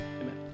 Amen